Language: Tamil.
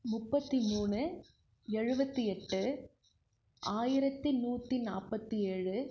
முப்பத்து மூணு எழுபத்தி எட்டு ஆயிரத்து நூற்றி நாற்பத்தி ஏழு